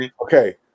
Okay